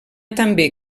també